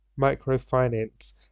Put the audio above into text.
Microfinance